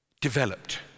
developed